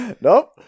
nope